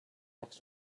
next